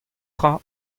tra